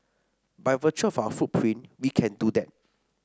by virtue of our footprint we can do that